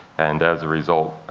and as a result,